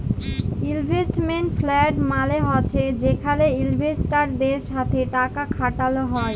investment fund মালে হছে যেখালে ইলভেস্টারদের সাথে টাকা খাটাল হ্যয়